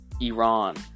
Iran